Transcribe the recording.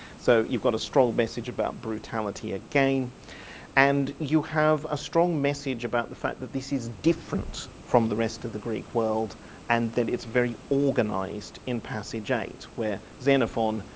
so you've got a strong message about brutality again and you have a strong message about the fact that this is different from the rest of the greek world and that it's very organised in passage eight when xenophon,